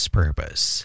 purpose